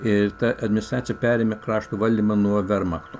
ir ta administracija perėmė krašto valdymą nuo vermachto